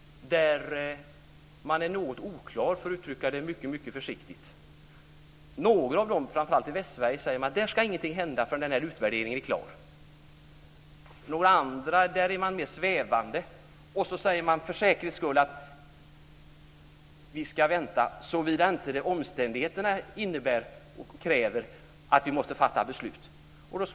Förslaget är något oklart, om man uttrycker sig försiktigt. Det sägs att ingenting ska hända med några av dem förrän utvärderingen är klar. Det gäller framför allt tingsrätterna i Västsverige. För några andra är man mer svävande. För säkerhets skull säger man att man ska vänta, såvida inte omständigheterna kräver att man måste fatta beslut.